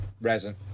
resin